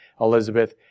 Elizabeth